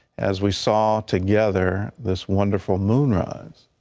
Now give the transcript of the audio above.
as we saw together this wonderful moonrise,